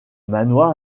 manoir